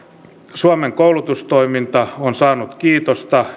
suomen koulutustoiminta on saanut kiitosta